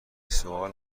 سوال